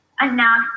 enough